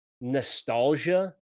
nostalgia